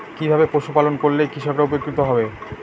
কিভাবে পশু পালন করলেই কৃষকরা উপকৃত হবে?